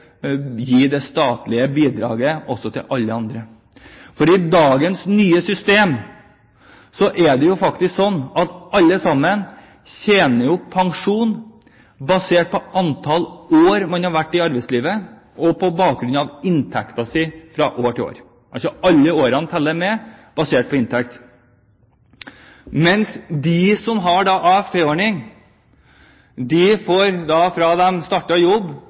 gi det statlige bidraget også til andre. Med dagens nye system er det slik at alle opptjener pensjon basert på antall år man har vært i arbeidslivet, og på bakgrunn av inntekt fra år til år. Alle år teller altså med, basert på inntekt, mens de som har AFP-ordning, får – fra de